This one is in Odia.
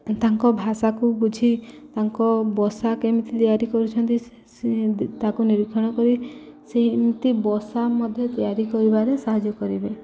ତାଙ୍କ ଭାଷାକୁ ବୁଝି ତାଙ୍କ ବସା କେମିତି ତିଆରି କରୁଛନ୍ତି ସେ ତାକୁ ନିରୀକ୍ଷଣ କରି ସେମିତି ବସା ମଧ୍ୟ ତିଆରି କରିବାରେ ସାହାଯ୍ୟ କରିବେ